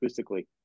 acoustically